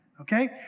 Okay